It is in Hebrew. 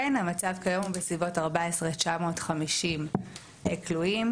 המצב כיום הוא בסביבות 14,950 כלואים.